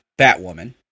Batwoman